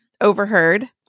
overheard